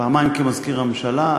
פעמיים כמזכיר הממשלה,